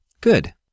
Good